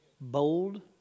Bold